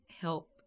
help